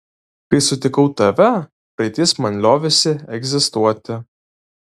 kai sutikau tave praeitis man liovėsi egzistuoti